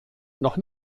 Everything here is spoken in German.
noch